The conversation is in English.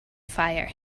fire